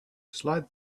slide